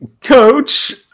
Coach